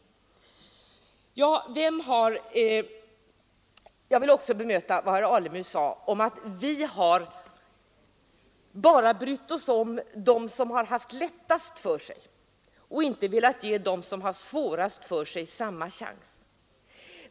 Jag vill också bemöta vad herr Alemyr sade om att vi bara har brytt oss om dem som haft det lättast för sig och inte velat ge dem som haft de sämsta förutsättningarna samma chans.